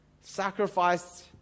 sacrificed